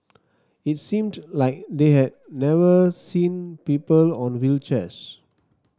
it seemed like they had never seen people on wheelchairs